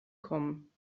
kommen